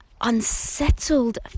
unsettled